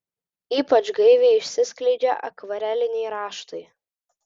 ypač gaiviai išsiskleidžia akvareliniai raštai